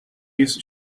use